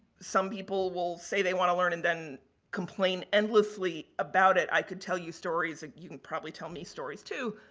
some people will say they want to learn and then complain endlessly about it, i can tell you stories and you can probably tell me stories too.